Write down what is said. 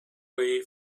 way